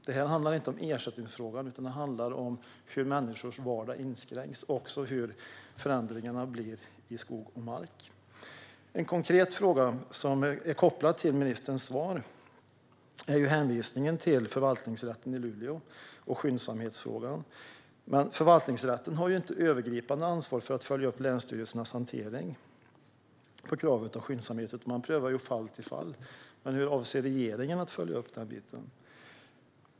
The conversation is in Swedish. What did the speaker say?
Detta handlar inte om ersättningsfrågan, utan det handlar om hur människors vardag inskränks och om vilka förändringar som sker i skog och mark. En konkret fråga som är kopplad till ministerns svar är hänvisningen till Förvaltningsrätten i Luleå och skyndsamhetsfrågan. Förvaltningsrätten har ju inte något övergripande ansvar för att följa upp länsstyrelsernas hantering av kravet på skyndsamhet, utan man prövar från fall till fall. Hur avser regeringen att följa upp den biten?